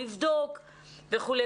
לבדוק וכו'.